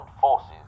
forces